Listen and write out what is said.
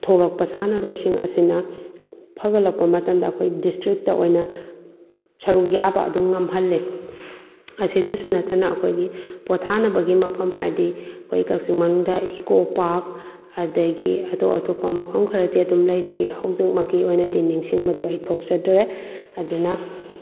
ꯊꯣꯛꯂꯛꯄ ꯁꯥꯟꯅꯔꯣꯏꯁꯤꯡ ꯑꯁꯤꯅ ꯐꯒꯠꯂꯛꯄ ꯃꯇꯝꯗ ꯑꯩꯈꯣꯏ ꯗꯤꯁꯇ꯭ꯔꯤꯛꯇ ꯑꯣꯏꯅ ꯁꯔꯨꯛ ꯌꯥꯕ ꯑꯗꯨꯝ ꯉꯝꯍꯜꯂꯤ ꯑꯁꯤꯗꯁꯨ ꯅꯠꯇꯅ ꯑꯩꯈꯣꯏꯒꯤ ꯄꯣꯊꯥꯅꯕꯒꯤ ꯃꯐꯝ ꯍꯥꯏꯗꯤ ꯑꯩꯈꯣꯏ ꯀꯛꯆꯤꯡ ꯃꯅꯨꯡꯗ ꯏꯀꯣ ꯄꯥꯛ ꯑꯗꯒꯤ ꯑꯇꯣꯞ ꯑꯇꯣꯞꯄ ꯃꯐꯝ ꯈꯔꯗꯤ ꯑꯗꯨꯝ ꯂꯩꯖꯩ ꯍꯧꯖꯤꯛꯃꯛꯀꯤ ꯑꯣꯏꯅꯗꯤ ꯅꯤꯡꯁꯤꯡꯕꯗꯣ ꯑꯩ ꯊꯣꯛꯆꯗ꯭ꯔꯦ ꯑꯗꯨꯅ